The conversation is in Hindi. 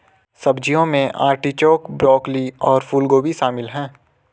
सब्जियों में आर्टिचोक, ब्रोकोली और फूलगोभी शामिल है